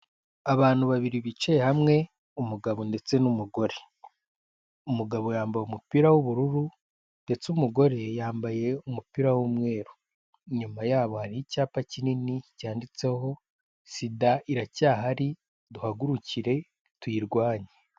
Abantu babiri bicaye hamwe umugabo ndetse n'umugore. Umugabo yambaye umupira w'ubururu ndetse umugore yambaye umupira w'umweru. Inyuma yabo hari icyapa kinini cyanditseho sida iracyahari duhagurukire tuyirwanye.